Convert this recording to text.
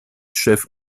chef